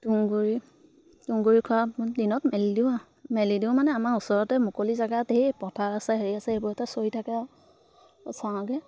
তুঁহগুৰি তুঁহগুৰি খোৱাও দিনত মেলি দিওঁ আৰু মেলি দিওঁ মানে আমাৰ ওচৰতে মুকলি জেগাত সেই পথাৰ আছে হেৰি আছে এইবোৰতে চৰি থাকে আৰু চৰাওগৈ